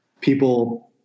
people